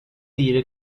dire